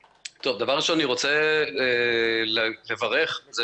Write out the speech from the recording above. דבר ראשון, אני רוצה לברך על כך